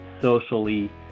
socially